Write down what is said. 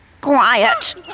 Quiet